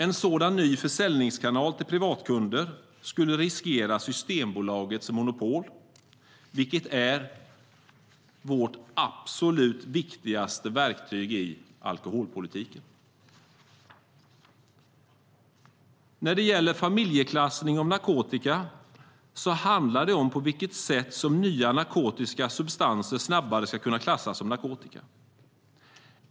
En sådan ny försäljningskanal till privatkunder skulle riskera Systembolagets monopol, vilket är vårt absolut viktigaste verktyg i alkoholpolitiken. När det gäller familjeklassning av narkotika handlar det om på vilket sätt nya narkotiska substanser snabbare ska kunna klassas som narkotika.